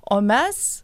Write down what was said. o mes